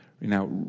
Now